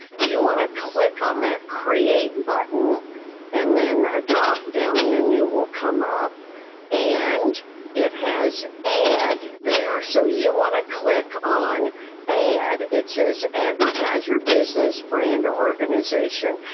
you want to click on that create button and then a drop down menu will come up and it has ad there, so you want to click on ad. it says advertise you business, brand, or organization.